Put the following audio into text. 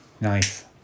Nice